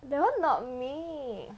that [one] not me